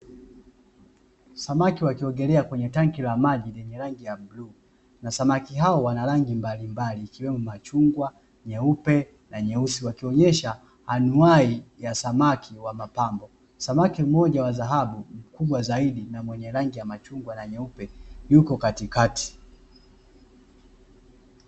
Samaki wakiogelea kwenye tankinla maji lenye rangi ya bluu, na samaki hao wana rangi mbalimbali imiwemo machungwa, nyeupe na nyeusi wakionyesha anuai ya samaki wa mapambo. Samaki mmoja wa dhahabu mkubwa zaidi na mwenye rangi ya machungwa na nyeupe yuko katikati.